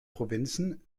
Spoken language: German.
provinzen